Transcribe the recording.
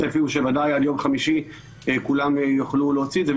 הצפי הוא בוודאי עד יום חמישי כולם יוכלו להוציא את זה.